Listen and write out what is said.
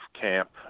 camp